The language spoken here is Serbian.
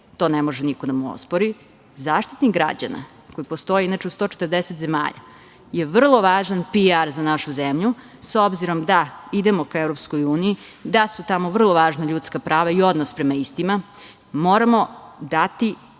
to ne može niko da mu ospori, Zaštitnik građana, koji postoji inače u 140 zemalja, je vrlo važan PR za našu zemlju, s obzirom da idemo ka Evropskoj uniji, da su tamo vrlo važna ljudska prava i odnos prema istima, moramo dati